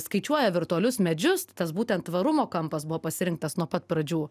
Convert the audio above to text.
skaičiuoja virtualius medžius tas būtent tvarumo kampas buvo pasirinktas nuo pat pradžių